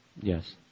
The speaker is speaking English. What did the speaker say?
Yes